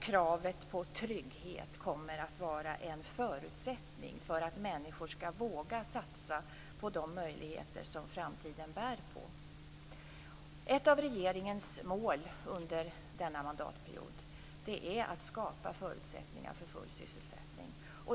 Kravet på trygghet kommer att vara en förutsättning för att människor skall våga satsa på de möjligheter som framtiden bär på. Ett av regeringens mål under denna mandatperiod är att skapa förutsättningar för full sysselsättning.